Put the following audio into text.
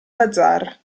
bazar